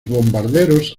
bombarderos